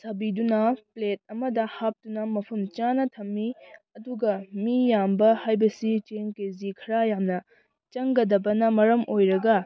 ꯁꯥꯕꯤꯗꯨꯅ plate ꯑꯃꯗ ꯍꯥꯞꯇꯨꯅ ꯃꯐꯝ ꯆꯥꯅ ꯊꯝꯃꯤ ꯑꯗꯨꯒ ꯃꯤ ꯌꯥꯝꯕ ꯍꯥꯏꯕꯁꯤ ꯆꯦꯡ ꯀꯦ ꯖꯤ ꯈꯔ ꯌꯥꯝꯅ ꯆꯪꯒꯗꯕꯅ ꯃꯔꯝ ꯑꯣꯏꯔꯒ